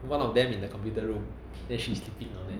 one of them in the computer room then she is sleeping down there